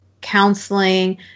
counseling